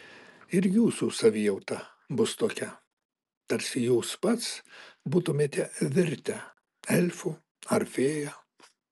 ir jūsų savijauta bus tokia tarsi jūs pats būtumėte virtę elfu ar fėja